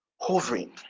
hovering